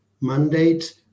mandate